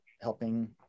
helping